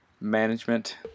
Management